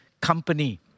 company